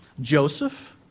Joseph